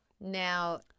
Now